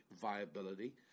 viability